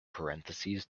parentheses